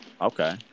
Okay